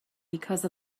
because